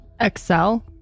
Excel